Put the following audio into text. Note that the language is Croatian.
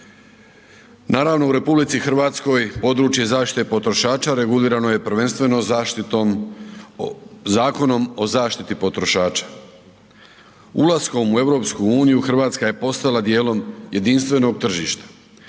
Naravno u RH područje zaštite potrošača regulirano je prvenstveno zaštitom, Zakonom o zaštiti potrošača. Ulaskom u EU RH je postala dijelom jedinstvenog tržišta.